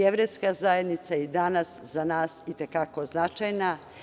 Jevrejska zajednica i danas za nas je i te kako značajna.